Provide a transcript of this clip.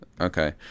Okay